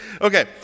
Okay